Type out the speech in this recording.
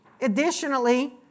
additionally